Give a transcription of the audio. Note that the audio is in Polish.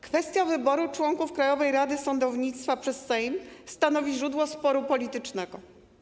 Kwestia wyboru członków Krajowej Rady Sądownictwa przez Sejm stanowi źródło sporu politycznego.